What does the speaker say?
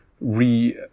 re